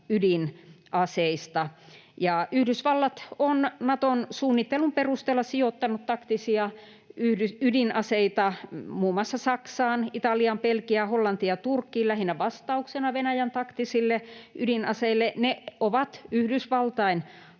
ydinaseista. Yhdysvallat on Naton suunnittelun perusteella sijoittanut taktisia ydinaseita muun muassa Saksaan, Italiaan, Belgiaan, Hollantiin ja Turkkiin lähinnä vastauksena Venäjän taktisille ydinaseille. Ne ovat Yhdysvaltain